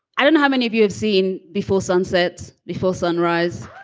i don't know how many of you have seen before sunset, before sunrise.